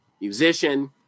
musician